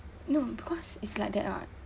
no because it's like that [what]